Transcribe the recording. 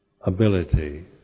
ability